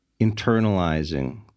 internalizing